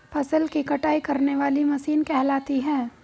फसल की कटाई करने वाली मशीन कहलाती है?